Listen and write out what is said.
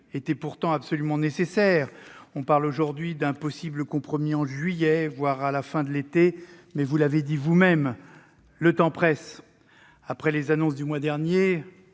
était pourtant absolument nécessaire. On évoque aujourd'hui un possible compromis en juillet, voire à la fin de l'été, mais vous l'avez dit vous-même, le temps presse. Après les annonces du mois dernier,